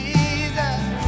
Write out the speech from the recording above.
Jesus